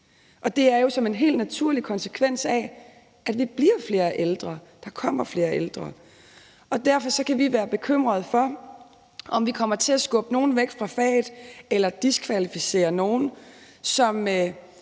det er jo en naturlig konsekvens af, at vi bliver flere ældre; der kommer flere ældre. Derfor kan vi være bekymrede for, om vi kommer til at skubbe nogen væk fra faget eller diskvalificere nogen, som